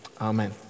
Amen